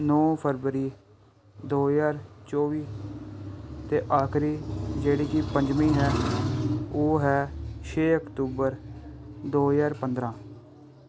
ਨੌਂ ਫਰਵਰੀ ਦੋ ਹਜ਼ਾਰ ਚੌਵੀ ਅਤੇ ਆਖਰੀ ਜਿਹੜੀ ਕਿ ਪੰਜਵੀਂ ਹੈ ਉਹ ਹੈ ਛੇ ਅਕਤੂਬਰ ਦੋ ਹਜ਼ਾਰ ਪੰਦਰਾਂ